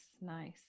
nice